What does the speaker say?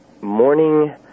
morning